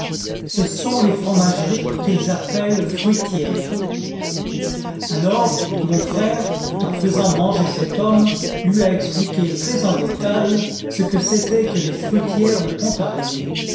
ce sont leurs fromageries qu'ils appellent fruitières alors mon frère tout en faisant manger cet homme lui a expliqué très en détail ce que c'étaient que les fruitières de pontarlier